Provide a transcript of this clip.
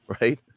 right